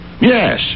Yes